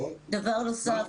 דבר נוסף,